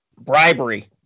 bribery